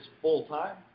full-time